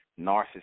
narcissist